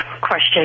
question